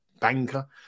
banker